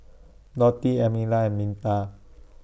Dotty Emelia and Minta